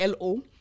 LO